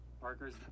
Parker's